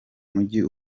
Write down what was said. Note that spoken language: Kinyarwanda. mujyi